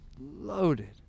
loaded